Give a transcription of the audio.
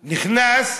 נכנס,